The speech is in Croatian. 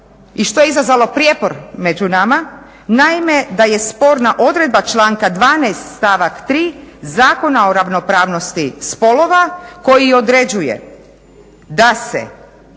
i što je izazvalo prijepor među nama. Naime da je sporna odredba članka 12.stavak 3. Zakona o ravnopravnosti spolova koji određuje da se